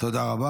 תודה רבה.